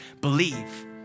believe